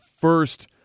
first